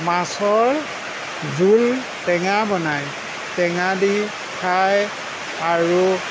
মাছৰ জোল টেঙা বনায় টেঙা দি খায় আৰু